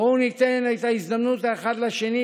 בואו ניתן הזדמנות אחד לשני,